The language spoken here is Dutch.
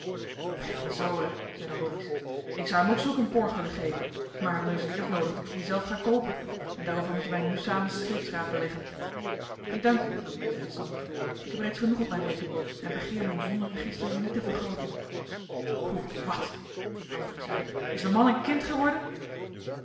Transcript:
bij mijn zolen zeide andries ik zou hem ook zulk een borg willen geven maar dan is het eerst noodig dat ik die zelf ga koopen en daarover moeten wij nu samen scheepsraad beleggen ik dank u zeide sander ik heb reeds genoeg op mijn rekening en begeer mijn zondenregister niet te vergrooten hoe wat riep andries uit is de man een kind geworden